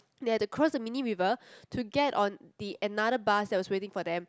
they had to cross the mini river to get on the another bus that was waiting for them